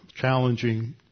challenging